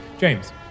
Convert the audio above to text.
James